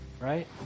right